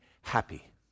happy